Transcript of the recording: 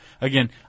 Again